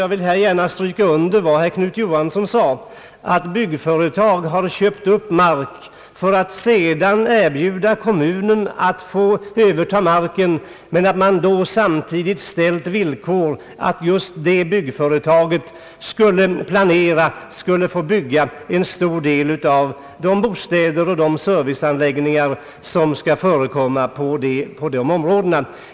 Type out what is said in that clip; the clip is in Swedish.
Jag vill t.ex. vitsorda vad herr Knut Johansson sade, nämligen att byggföretag har köpt upp mark för att sedan erbjuda kommuner marken under villkor att just detta byggföretag skulle få planera och bygga en stor del av de bostäder och serviceanläggningar som skulle förekomma på det området.